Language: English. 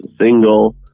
single